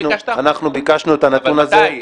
אנחנו ביקשנו את הנתון הזה --- אבל מתי?